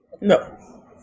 No